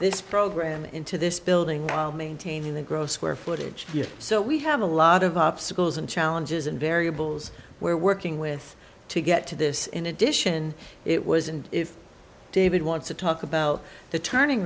this program into this building maintaining the gross square footage so we have a lot of obstacles and challenges and variables we're working with to get to this in addition it was and if david wants to talk about the turning